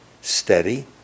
steady